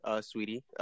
sweetie